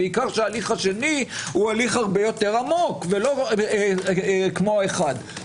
בפרט שההליך השני הוא הרבה יותר עמוק ולא כמו האחד.